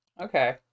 Okay